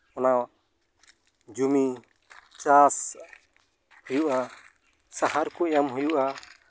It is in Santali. ᱚᱱᱟ ᱡᱩᱢᱤ ᱪᱟᱥ ᱦᱩᱭᱩᱜᱼᱟ ᱥᱟᱦᱟᱨ ᱠᱚ ᱮᱢ ᱦᱩᱭᱩᱜᱼᱟ